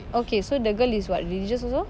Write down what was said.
okay so the girl is what religious also